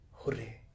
Hurray